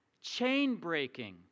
Chain-breaking